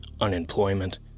unemployment